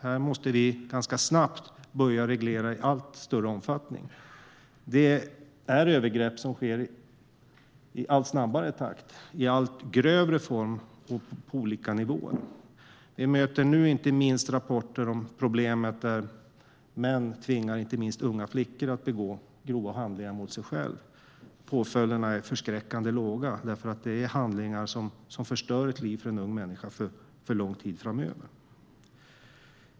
Här måste vi ganska snabbt börja reglera i allt större omfattning. Det är övergrepp som sker i allt snabbare takt, i allt grövre form och på olika nivåer. Vi möts nu inte minst av rapporter om problemet att män tvingar inte minst unga flickor att begå grova handlingar mot sig själva. Påföljderna är förskräckande låga, då det är handlingar som förstör livet för en ung människa för lång tid framöver.